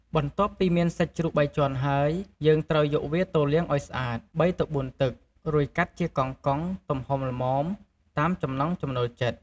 បន្ទាប់់ពីមានសាច់ជ្រូកបីជាន់ហើយ យើងត្រូវយកវាទៅលាងឲ្យស្អាត បីទៅបួនទឹក រួចកាត់ជាកង់ៗ ទំហំល្មម តាមចំណង់ចំណូលចិត្ត។